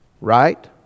Right